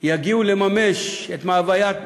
יגיעו לממש את מאוויי נפשם.